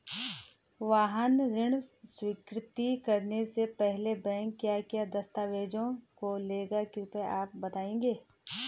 वाहन ऋण स्वीकृति करने से पहले बैंक क्या क्या दस्तावेज़ों को लेगा कृपया आप बताएँगे?